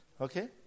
Okay